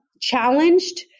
challenged